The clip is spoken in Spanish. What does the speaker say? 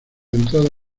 entrada